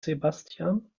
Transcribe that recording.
sebastian